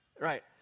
Right